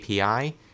API